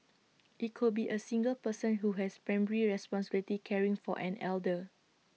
IT could be A single person who has primary responsibility caring for an elder